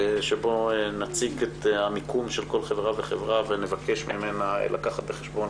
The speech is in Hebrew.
שבו נציג את המיקום של כל חברה וחברה ונבקש ממנה לקחת בחשבון